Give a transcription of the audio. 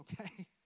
okay